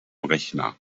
rechner